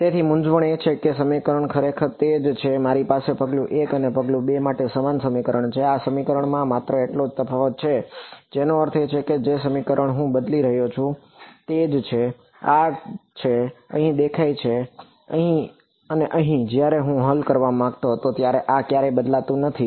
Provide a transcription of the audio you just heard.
તેથી મૂંઝવણ એ છે કે સમીકરણ ખરેખર તે જ છે મારી પાસે પગલું 1 અને પગલું 2 માટે સમાન સમીકરણ છે આ સમીકરણમાં માત્ર એટલો જ તફાવત છે જેનો અર્થ છે કે જે સમીકરણ હું બદલી રહ્યો છું તે જ છે r છે અહીં દેખાય છે અહીં અને અહીં જ્યારે હું હલ કરવા માંગતો હતો ત્યારે આ ક્યારેય બદલાતું નથી